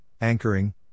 anchoring